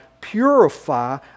purify